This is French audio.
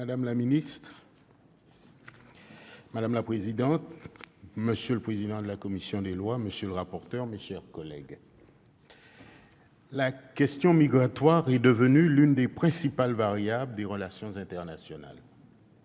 Madame la présidente, madame la ministre, monsieur le président de la commission des lois, monsieur le rapporteur, mes chers collègues, la question migratoire est devenue l'une des principales variables des relations internationales.